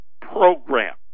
Program